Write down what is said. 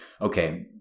okay